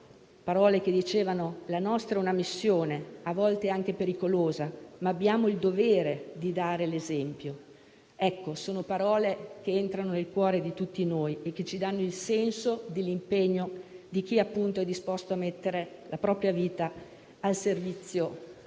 «Quella dell'ambasciatore è una missione, a volte anche pericolosa, ma abbiamo il dovere di dare l'esempio». Ecco, sono parole che entrano nel cuore di tutti noi e che ci danno il senso dell'impegno di chi, appunto, è disposto a mettere la propria vita al servizio